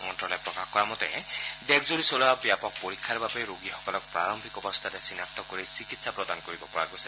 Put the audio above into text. মন্তালয়ে প্ৰকাশ কৰা মতে দেশজুৰি চলোৱা ব্যাপক পৰীক্ষাৰ বাবে ৰোগীসকলক প্ৰাৰম্ভিক অৱস্থাতে চিনাক্ত কৰি চিকিৎসা প্ৰদান কৰিব পৰা গৈছে